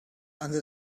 under